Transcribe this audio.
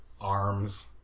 ARMS